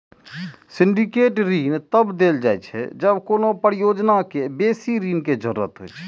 syndicate ऋण तब देल जाइ छै, जब कोनो परियोजना कें बेसी ऋण के जरूरत होइ छै